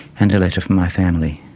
and a letter for my family.